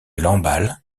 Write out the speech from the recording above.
lamballe